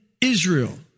Israel